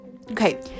okay